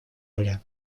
нуля